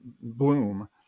Bloom